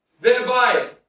thereby